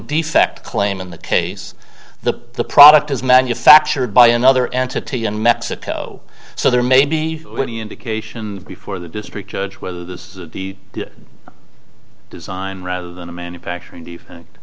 defect claim in the case the product is manufactured by another entity in mexico so there may be any indications before the district judge whether this is a design rather than a manufacturing defect